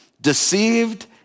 deceived